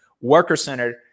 worker-centered